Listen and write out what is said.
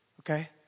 Okay